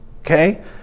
okay